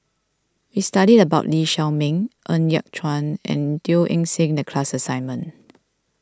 we studied about Lee Shao Meng Ng Yat Chuan and Teo Eng Seng in the class assignment